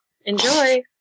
Enjoy